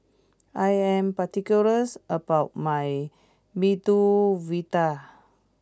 I am particular about my Medu Vada